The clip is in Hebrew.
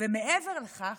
ומעבר לכך,